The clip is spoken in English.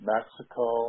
Mexico